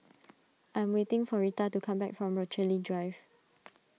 I am waiting for Rita to come back from Rochalie Drive